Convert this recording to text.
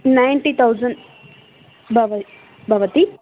ninety thousand भव भवति